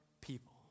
people